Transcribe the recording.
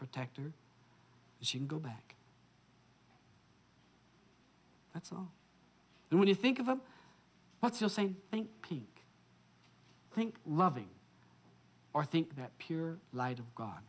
protector she go back that's all and when you think about what you're saying i think pink think loving or think that pure light of god